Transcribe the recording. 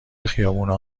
خیابونها